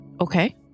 Okay